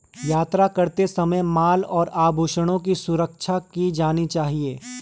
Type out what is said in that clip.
यात्रा करते समय माल और आभूषणों की सुरक्षा की जानी चाहिए